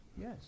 Yes